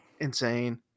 insane